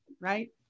right